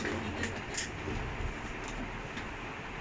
the mid field he work with who he has err millenia